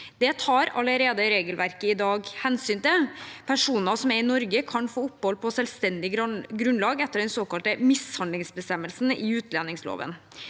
Det tar allerede regelverket i dag hensyn til. Personer som er i Norge, kan få opphold på selvstendig grunnlag etter den såkalte mishandlingsbestemmelsen i utlendingsloven.